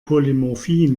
polymorphie